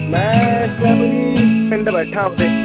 ਮੈਂ ਇਸ ਟਾਈਮ ਜੀ ਪਿੰਡ ਬੈਠਾ ਆਪਣੇ